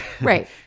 Right